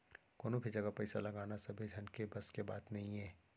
कोनो भी जघा पइसा लगाना सबे झन के बस के बात नइये